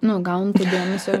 nu gaunu dėmesio